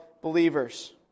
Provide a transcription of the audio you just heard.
believers